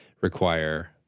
require